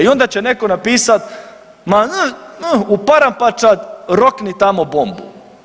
I onda će netko napisati ma u parampačad rokni tamo bombu.